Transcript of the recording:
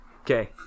Okay